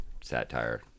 satire